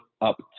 up